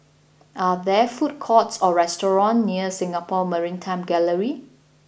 are there food courts or restaurants near Singapore Maritime Gallery